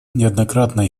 неоднократно